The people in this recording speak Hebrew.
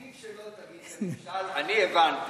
אני הבנתי.